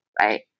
right